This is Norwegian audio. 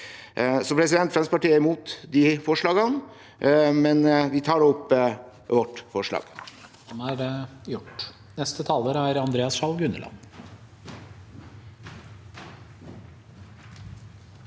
ved seg. Fremskrittspartiet er imot de forslagene, men vi tar opp vårt eget forslag.